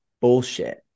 bullshit